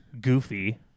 goofy